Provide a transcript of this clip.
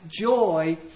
joy